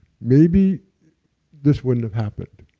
maybe this wouldn't have happened.